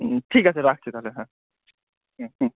হুম ঠিক আছে রাখছি তাহলে হ্যাঁ হুম হুম